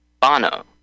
Bono